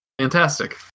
fantastic